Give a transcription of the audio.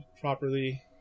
properly